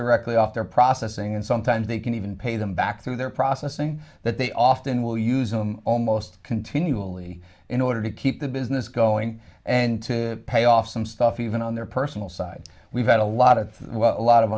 directly off their processing and sometimes they can even pay them back through their processing that they often will use them almost continually in order to keep the business going and to pay off some stuff even on their personal side we've had a lot of well a lot of